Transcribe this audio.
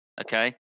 Okay